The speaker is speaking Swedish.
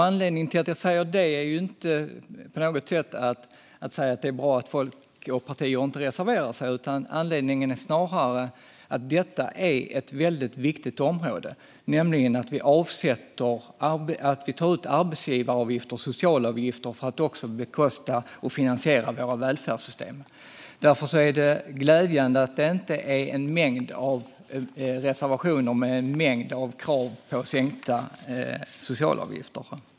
Anledningen till att jag säger det är inte att det skulle vara bra att folk och partier inte reserverar sig, utan anledningen är snarare att detta är ett väldigt viktigt område, nämligen att vi tar ut arbetsgivaravgifter och socialavgifter för att bekosta och finansiera våra välfärdssystem. Därför är det glädjande att det inte är en mängd reservationer med en mängd krav på sänkta socialavgifter.